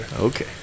Okay